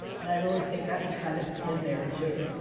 and i really think that's kind of in there too.